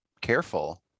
careful